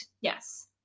Yes